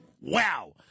Wow